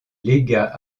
légat